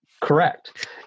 Correct